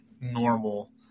normal